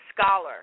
scholar